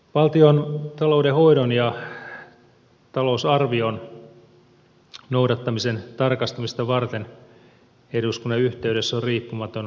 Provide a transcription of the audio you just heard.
valtion taloudenhoidon ja talousarvion noudattamisen tarkastamista varten eduskunnan yhteydessä on riippumaton valtiontalouden tarkastusvirasto